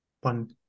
One